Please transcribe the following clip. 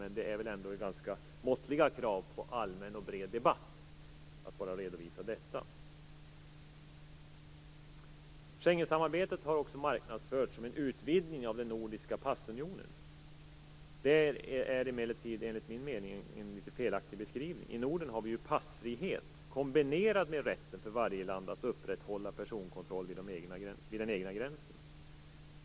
Men det är väl ändå ganska måttliga krav på en allmän och bred debatt att bara redovisa detta. Schengensamarbetet har också marknadsförts som en utvidgning av den nordiska passunionen. Det är emellertid enligt min mening en litet felaktig beskrivning. I Norden har vi passfrihet kombinerad med rätten för varje land att upprätthålla personkontroll vid den egna gränsen.